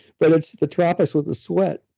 but it's the tropics with the sweat.